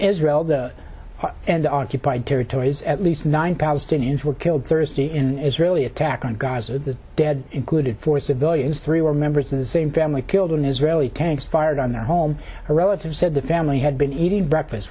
israel and the occupied territories at least nine palestinians were killed thursday in israeli attack on gaza the dead included four civilians three were members of the same family killed in israeli tanks fired on their home a relative said the family had been eating breakfast